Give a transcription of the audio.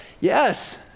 Yes